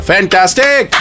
Fantastic